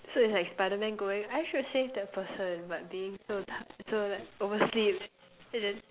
so it's like spider man going I should save that person but being so ti~ so like over sleep and then